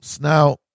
Now